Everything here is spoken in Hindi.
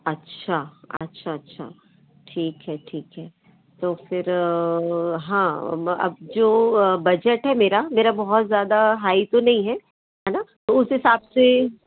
अच्छा अच्छा अच्छा ठीक है ठीक है तो फिर हाँ अब जो बजट है मेरा मेरा बहुत ज़्यादा हाई तो नहीं है है न तो उस हिसाब से